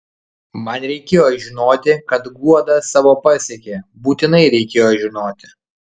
man reikėjo žinoti kad guoda savo pasiekė būtinai reikėjo žinoti